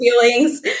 feelings